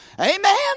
Amen